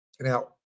Now